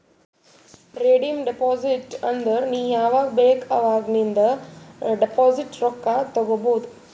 redeem deposit ಅಂದುರ್ ನೀ ಯಾವಾಗ್ ಬೇಕ್ ಅವಾಗ್ ನಿಂದ್ ಡೆಪೋಸಿಟ್ ರೊಕ್ಕಾ ತೇಕೊಬೋದು